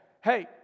hey